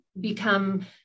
become